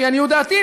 לעניות דעתי,